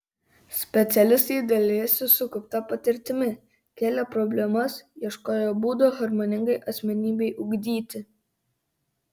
specialistai dalijosi sukaupta patirtimi kėlė problemas ieškojo būdų harmoningai asmenybei ugdyti